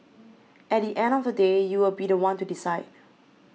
at the end of the day you will be the one to decide